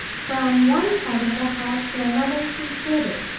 from one part of the house to another she flitted,